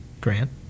Grant